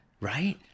Right